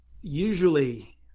Usually